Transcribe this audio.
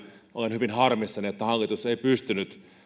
olen hyvin harmissani että hallitus ei pystynyt